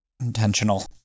intentional